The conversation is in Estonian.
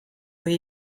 või